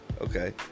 okay